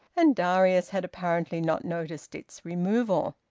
and darius had apparently not noticed its removal.